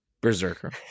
Berserker